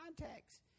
context